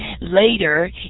Later